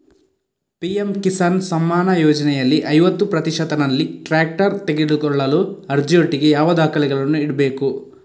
PM Kisan Samman ಯೋಜನೆಯಲ್ಲಿ ಐವತ್ತು ಪ್ರತಿಶತನಲ್ಲಿ ಟ್ರ್ಯಾಕ್ಟರ್ ತೆಕೊಳ್ಳಲು ಅರ್ಜಿಯೊಟ್ಟಿಗೆ ಯಾವ ದಾಖಲೆಗಳನ್ನು ಇಡ್ಬೇಕು?